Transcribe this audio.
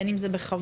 בין אם זה בחוות.